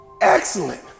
Excellent